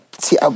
See